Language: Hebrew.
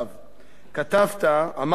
כתבת, אמרת, אדוני,